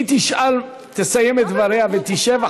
היא תסיים את דבריה ותשב,